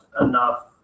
enough